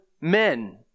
men